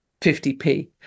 50p